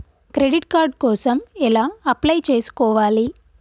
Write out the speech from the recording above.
Credit card కోసం ఎలా apply చేసుకోవాలి?